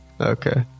Okay